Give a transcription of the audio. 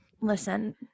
listen